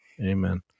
Amen